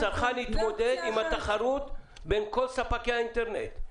הצרכן יתמודד עם התחרות בין כל ספקי האינטרנט.